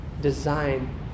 design